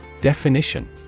Definition